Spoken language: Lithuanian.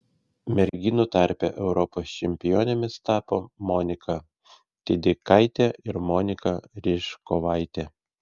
merginų tarpe europos čempionėmis tapo monika tydikaitė ir monika ryžkovaitė